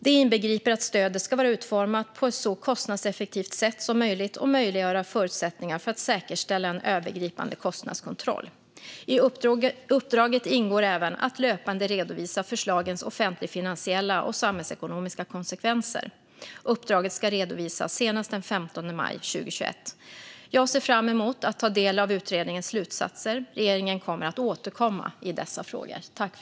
Det inbegriper att stödet ska vara utformat på ett så kostnadseffektivt sätt som möjligt och möjliggöra förutsättningar för att säkerställa en övergripande kostnadskontroll. I uppdraget ingår även att löpande redovisa förslagens offentligfinansiella och samhällsekonomiska konsekvenser. Uppdraget ska redovisas senast den 15 maj 2021. Jag ser fram emot att ta del av utredningens slutsatser. Regeringen kommer att återkomma i dessa frågor.